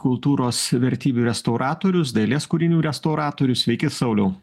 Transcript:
kultūros vertybių restauratorius dailės kūrinių restauratorius sveiki sauliau